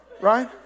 right